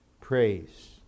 praise